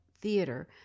theater